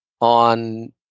on